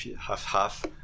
half-half